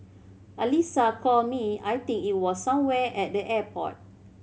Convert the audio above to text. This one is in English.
Alyssa called me I think it was somewhere at the airport